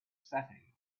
setting